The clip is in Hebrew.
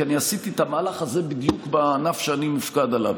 כי אני עשיתי את המהלך הזה בדיוק בענף שאני מופקד עליו,